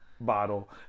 bottle